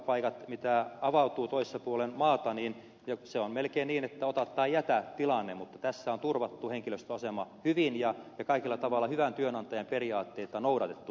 jos työpaikka avautuu toisella puolen maata se on melkein ota tai jätä tilanne mutta tässä on turvattu henkilöstön asema hyvin ja kaikella tavalla hyvän työnantajan periaatteita on noudatettu